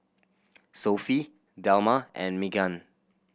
Sophie Delmar and Meaghan